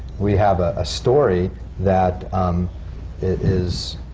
we have a story that is,